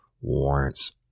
warrants